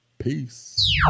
Peace